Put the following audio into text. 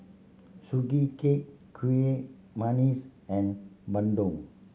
Sugee Cake kuih and bandung